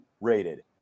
rated